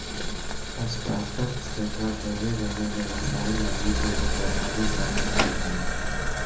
startups तथा बढ़े वाला व्यवसाय लगी एगो प्रभावी समाधान हइ